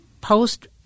post